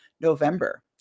November